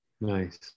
Nice